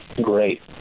great